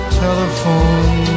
telephone